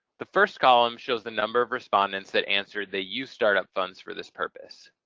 the first column shows the number of respondents that answered the use startup funds for this purpose.